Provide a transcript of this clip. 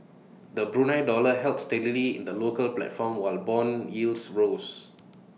the Brunei dollar held steadily in the local platform while Bond yields rose